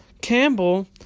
Campbell